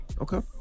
Okay